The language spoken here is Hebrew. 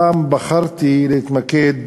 הפעם בחרתי להתמקד